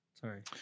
Sorry